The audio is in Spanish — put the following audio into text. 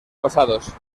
pasados